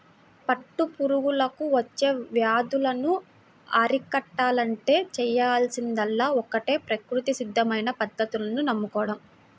పట్టు పురుగులకు వచ్చే వ్యాధులను అరికట్టాలంటే చేయాల్సిందల్లా ఒక్కటే ప్రకృతి సిద్ధమైన పద్ధతులను నమ్ముకోడం